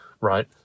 right